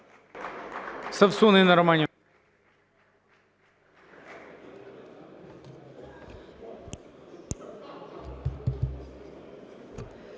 Совсун Інна Романівна.